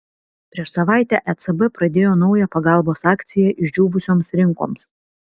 prieš savaitę ecb pradėjo naują pagalbos akciją išdžiūvusioms rinkoms